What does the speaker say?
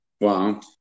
Wow